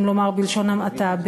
אם לומר בלשון המעטה,